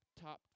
Top